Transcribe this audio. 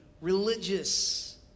religious